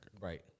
Right